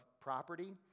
property